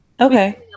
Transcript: Okay